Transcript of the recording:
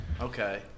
Okay